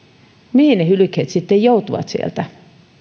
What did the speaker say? mihin ne hylkeet sitten joutuvat sieltä